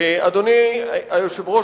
אדוני היושב-ראש,